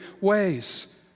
ways